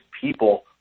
people